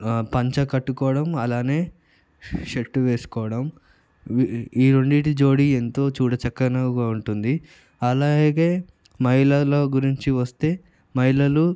పంచె కట్టుకోవడం అలానే షర్టు వేసుకోవడం ఈ రెండింటి జోడి ఎంతో చూడచక్కనగా ఉంటుంది అలాగే మహిళల గురించి వస్తే మహిళలు